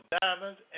diamonds